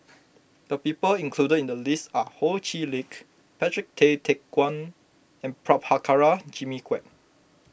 the people included in the list are Ho Chee Lick Patrick Tay Teck Guan and Prabhakara Jimmy Quek